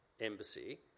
embassy